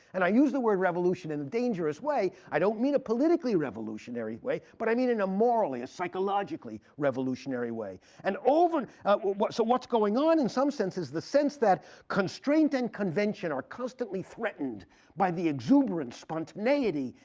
and i use the word revolution in a dangerous way. i don't mean a politically revolutionary way, but i mean in a morally, a psychologically revolutionary way. and and so what's going on in some sense is the sense that constraint and convention are constantly threatened by the exuberance, spontaneity,